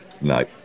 No